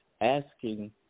asking